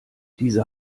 diese